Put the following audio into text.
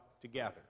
together